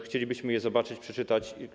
Chcielibyśmy je zobaczyć, przeczytać.